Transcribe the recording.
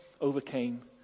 overcame